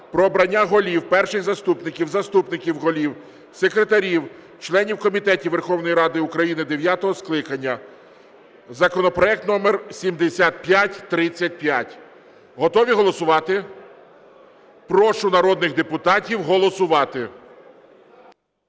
"Про обрання голів, перших заступників, заступників голів, секретарів, членів комітетів Верховної Ради України дев’ятого скликання" (законопроект номер 7535). Готові голосувати? Прошу народних депутатів голосувати.